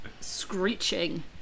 screeching